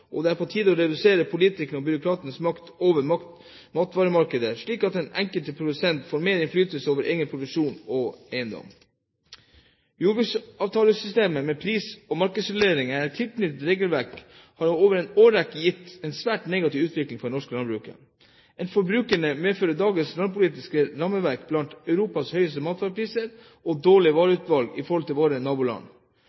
og det er på tide å redusere politikernes og byråkratiets makt over matvaremarkedet, slik at den enkelte produsent får mer innflytelse over egen produksjon og eiendom. Jordbruksavtalesystemet med sine pris- og markedsreguleringer og tilknyttede regelverk har over en årrekke gitt en svært negativ utvikling for det norske landbruket. For forbrukerne medfører dagens landbrukspolitiske rammeverk at vi har blant Europas høyeste matvarepriser og